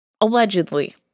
Allegedly